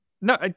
No